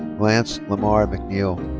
lance lamar mcneill.